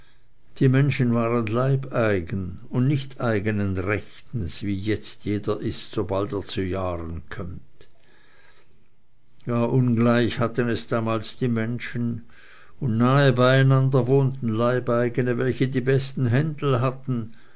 die menschen waren leibeigen und nicht eigenen rechtens wie jetzt jeder ist sobald er zu jahren kömmt gar ungleich hatten es damals die menschen und nahe beieinander wohnten leibeigene welche die besten händel hatten